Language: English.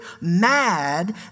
mad